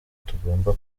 tugomba